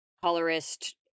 colorist